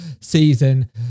season